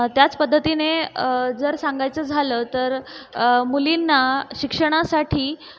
त्याच पद्धतीने जर सांगायचं झालं तर मुलींना शिक्षणासाठी